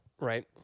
Right